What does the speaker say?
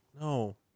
No